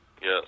Yes